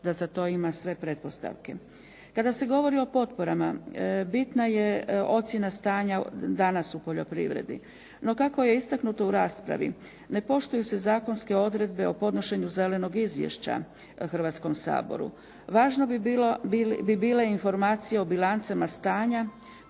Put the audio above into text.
da za to ima sve pretpostavke. Kada se govori o potporama bitna je ocjena stanja danas u poljoprivredi. No, kako je istaknuto u raspravi ne poštuju se zakonske odredbe o podnošenju zelenog izvješća Hrvatskom saboru. Važne bi bile informacije o bilancama stanja,